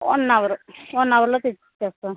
one hour one అవర్లో తెచ్చిచ్చేస్తాం